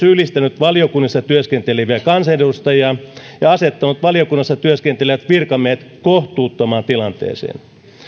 syyllistänyt valiokunnissa työskenteleviä kansanedustajia ja asettanut valiokunnissa työskentelevät virkamiehet kohtuuttomaan tilanteeseen